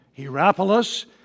Hierapolis